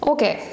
Okay